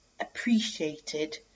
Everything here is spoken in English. appreciated